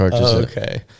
okay